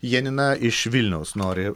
janina iš vilniaus nori